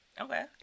Okay